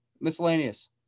Miscellaneous